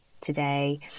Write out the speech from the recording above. today